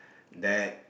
that